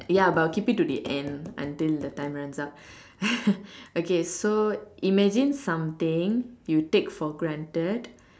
ya but I'll keep it to the end until the time runs up okay so imagine something you take for granted